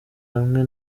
hamwe